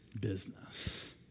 business